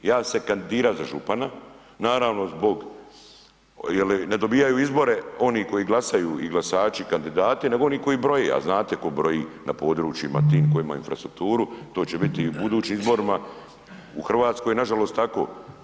Ja sam se kandidirao za župana naravno zbog jel ne dobijaju izbore oni koji glasaju i glasači kandidati nego oni koji broje, a znate ko broji na područjima tim koji imaju infrastrukturu to će biti i u budućim izborima u Hrvatskoj nažalost tako.